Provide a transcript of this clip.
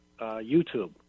YouTube